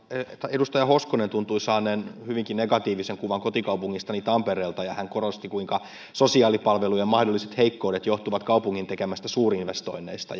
edustaja hoskonen tuntui saaneen hyvinkin negatiivisen kuvan kotikaupungistani tampereelta ja hän korosti kuinka sosiaalipalvelujen mahdolliset heikkoudet johtuvat kaupungin tekemistä suurinvestoinneista